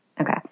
Okay